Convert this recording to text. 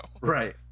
Right